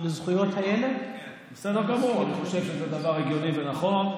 לזכויות הילד, שם חוקק החוק.